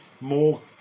more